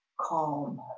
calm